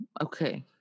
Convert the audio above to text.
okay